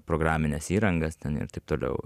programines įrangas ten ir taip toliau